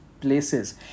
places